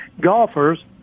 golfers